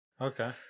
Okay